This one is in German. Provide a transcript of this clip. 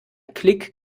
klick